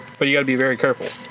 but you got to be very careful.